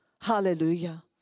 Hallelujah